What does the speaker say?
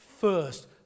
first